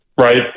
right